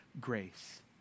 grace